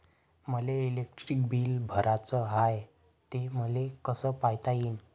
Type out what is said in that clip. मले electric bill भराचं हाय, ते मले कस पायता येईन?